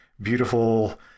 beautiful